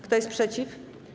Kto jest przeciw?